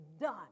done